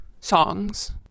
songs